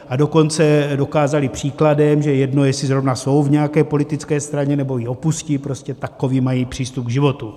A dokonce dokázali příkladem, že je jedno, jestli zrovna jsou v nějaké politické straně, nebo ji opustí, prostě takový mají přístup k životu.